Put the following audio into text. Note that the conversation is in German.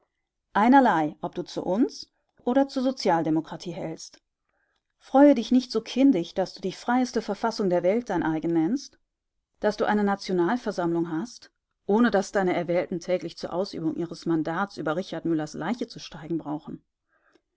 einerlei ob du zu uns oder zur sozialdemokratie hältst freue dich nicht so kindisch daß du die freieste verfassung der welt dein eigen nennst daß du eine nationalversammlung hast ohne daß deine erwählten täglich zur ausübung ihres mandats über richard müllers leiche zu steigen brauchen